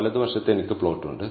വലതുവശത്ത് എനിക്ക് പ്ലോട്ട് ഉണ്ട്